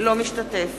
אינו משתתף